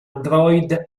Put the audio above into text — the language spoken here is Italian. android